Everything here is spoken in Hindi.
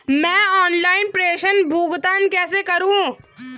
मैं ऑनलाइन प्रेषण भुगतान कैसे करूँ?